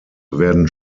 werden